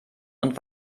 und